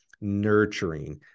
nurturing